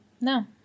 No